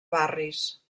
barris